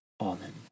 Amen